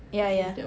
ya ya